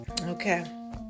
Okay